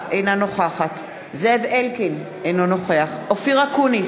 אינה נוכחת זאב אלקין, אינו נוכח אופיר אקוניס,